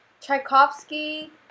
Tchaikovsky